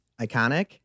iconic